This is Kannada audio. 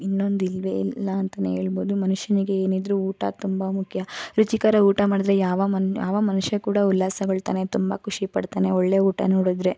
ಇನ್ನೊಂದು ಇಲ್ಲವೇ ಇಲ್ಲ ಅಂತಲೇ ಹೇಳ್ಬೋದು ಮನುಷ್ಯನಿಗೆ ಏನಿದ್ರೂ ಊಟ ತುಂಬ ಮುಖ್ಯ ರುಚಿಕರ ಊಟ ಮಾಡಿದರೆ ಯಾವ ಮನ್ ಯಾವ ಮನುಷ್ಯ ಕೂಡ ಉಲ್ಲಾಸಗೊಳ್ತಾನೆ ತುಂಬ ಖುಷಿಪಡ್ತಾನೆ ಒಳ್ಳೆ ಊಟ ನೋಡಿದರೆ